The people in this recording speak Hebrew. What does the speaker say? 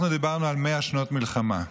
אנחנו דיברנו על 100 שנות מלחמה,